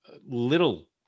little